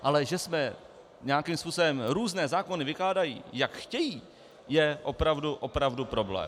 Ale že se nějakým způsobem různé zákony vykládají, jak chtějí, je opravdu problém.